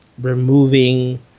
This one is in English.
removing